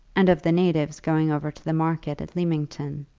and of the natives going over to the market at lymington,